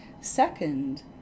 Second